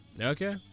Okay